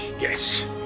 Yes